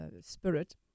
spirit